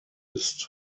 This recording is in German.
ist